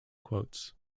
quotes